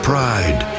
Pride